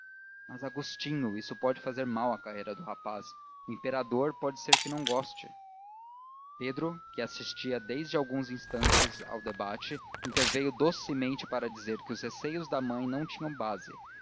mas agostinho isto pode fazer mal à carreira do rapaz o imperador pode ser que não goste pedro que assistia desde alguns instantes ao debate interveio docemente para dizer que os receios da mãe não tinham base